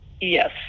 Yes